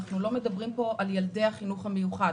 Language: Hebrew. אנחנו לא מדברים פה על ילדי החינוך המיוחד,